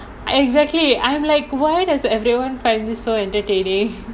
exactly I'm like why does everyone find this so entertaining